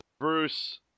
Bruce